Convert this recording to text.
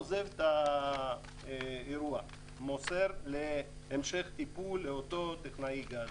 הוא עוזב את האירוע ומוסר להמשך טיפול לאותו טכנאי גז.